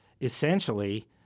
essentially